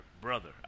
brother